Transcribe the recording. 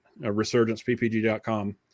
resurgenceppg.com